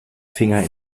finger